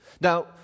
Now